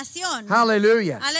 Hallelujah